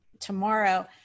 tomorrow